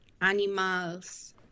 animals